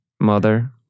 mother